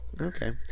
Okay